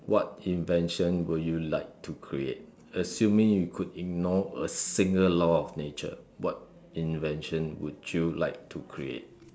what invention would you like to create assuming you could ignore a single law of nature what invention would you like to create